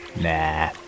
Nah